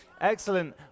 Excellent